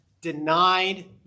denied